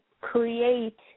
create